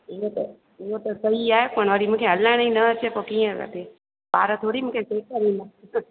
इअं त इहो त सही आहे पर वरी मूंखे हलाइण ई न अचे त पोइ कीअं वठे ॿार थोरी मूंखे सेखारींदा